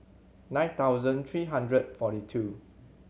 nine thousand three hundred forty two